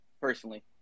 personally